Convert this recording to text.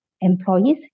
employees